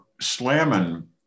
slamming